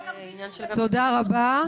תודה רבה.